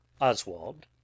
Oswald